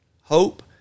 hope